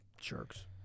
Jerks